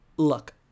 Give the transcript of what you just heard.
Look